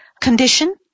condition